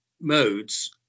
modes